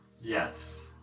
Yes